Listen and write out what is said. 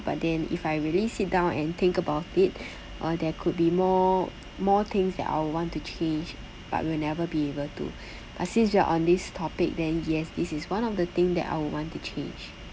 but then if I really sit down and think about it uh there could be more more things that I would want to change but will never be able to since we are on this topic then yes this is one of the thing that I would want to change